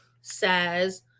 says